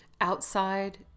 Outside